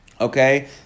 okay